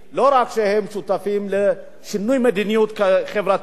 לא רק שהם שותפים לשינוי מדיניות חברתית,